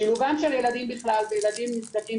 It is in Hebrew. לשילובם של ילדים בכלל וילדים נזקקים